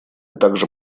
также